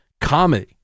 comedy